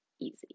easy